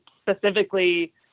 specifically